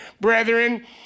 brethren